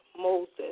Moses